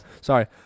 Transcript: sorry